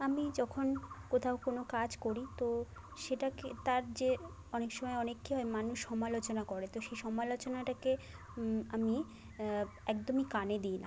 আমি যখন কোথাও কোনো কাজ করি তো সেটাকে তার যে অনেক সময় অনেক কী হয় মানুষ সমালোচনা করে তো সেই সমালোচনাটাকে আমি একদমই কানে দিই না